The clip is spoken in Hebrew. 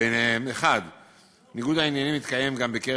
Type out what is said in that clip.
וביניהם: 1. ניגוד העניינים מתקיים גם בקרב